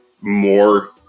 more